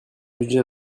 budget